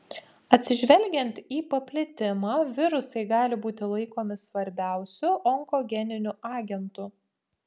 atsižvelgiant į paplitimą virusai gali būti laikomi svarbiausiu onkogeniniu agentu